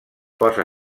posà